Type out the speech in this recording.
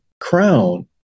crown